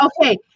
okay